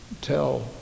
tell